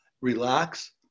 relax